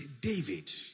David